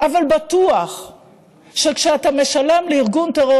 אבל בטוח שכשאתה משלם לארגון טרור